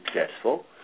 successful